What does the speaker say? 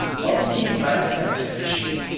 when he makes that decision,